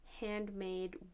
handmade